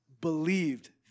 believed